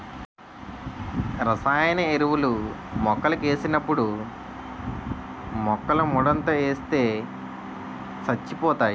రసాయన ఎరువులు మొక్కలకేసినప్పుడు మొక్కలమోదంట ఏస్తే సచ్చిపోతాయి